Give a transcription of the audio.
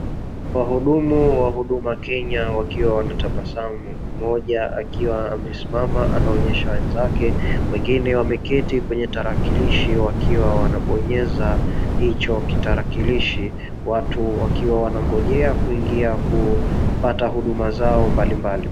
Wahudumu wa huduma Kenya wakiwa wanatabasamu, mmoja akiwa amesimama anaonyesha wenzake wengine wameketi kwenye kitarakilishi wakiwa wanabonyeza hicho kitarakilishi watu wakiwa wanangojea kuingia kupata huduma zao mbalimbali.